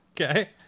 Okay